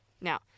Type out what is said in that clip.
Now